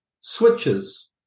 switches